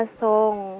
song